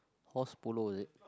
horse polo is it